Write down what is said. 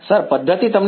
વિદ્યાર્થી સર આપે છે